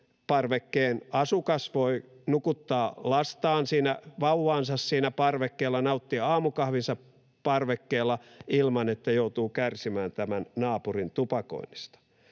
naapuriparvekkeen asukas voi nukuttaa lastaan, vauvaansa siinä parvekkeella, nauttia aamukahvinsa parvekkeella ilman, että joutuu kärsimään naapurin tupakoinnista?